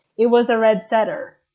it was a red setter.